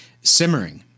simmering